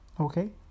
okay